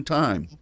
time